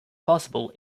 possible